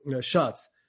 shots